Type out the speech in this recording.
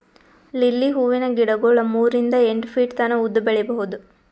lily ಹೂವಿನ ಗಿಡಗೊಳ್ ಮೂರಿಂದ್ ಎಂಟ್ ಫೀಟ್ ತನ ಉದ್ದ್ ಬೆಳಿಬಹುದ್